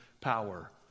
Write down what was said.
power